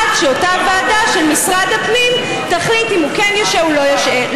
עד שאותה ועדה של משרד הפנים תחליט אם הוא כן יושעה או לא יושעה.